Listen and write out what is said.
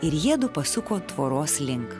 ir jiedu pasuko tvoros link